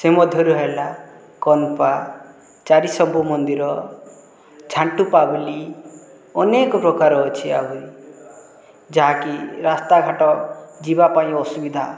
ସେ ମଧ୍ୟରେ ହେଲା କମ୍ପା ଚାରିସବୁ ମନ୍ଦିର ଝାଂଣ୍ଟୁ ପାବଲି ଅନେକପ୍ରକାର ଅଛି ଆହୁରି ଯାହାକି ରାସ୍ତାଘାଟ ଯିବାପାଇଁ ଅସୁବିଧା